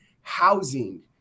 housing